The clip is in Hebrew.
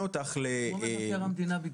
כמו מבקר המדינה בדיוק.